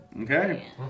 Okay